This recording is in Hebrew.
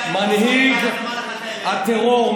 מנהיג הטרור,